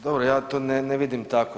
Dobro, ja to ne vidim tako.